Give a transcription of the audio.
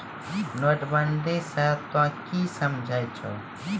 नोटबंदी स तों की समझै छौ